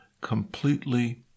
completely